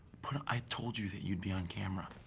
but i told you that you'd be on camera.